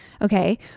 Okay